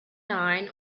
nine